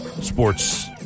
sports